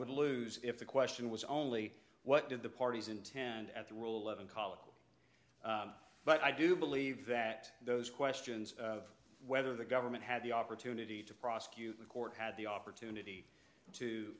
would lose if the question was only what did the parties intend at the rule of a college but i do believe that those questions of whether the government had the opportunity to prosecute the court had the opportunity to